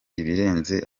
ibirenze